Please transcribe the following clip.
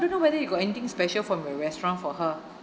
I don't know whether you got anything special from the restaurant for her